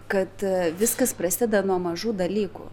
kad viskas prasideda nuo mažų dalykų